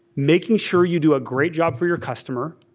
making sure you do a great job for your customer.